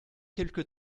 quelque